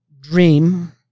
dream